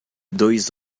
dois